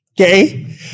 Okay